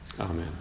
Amen